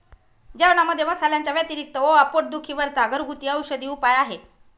जेवणामध्ये मसाल्यांच्या व्यतिरिक्त ओवा पोट दुखी वर चा घरगुती औषधी उपाय आहे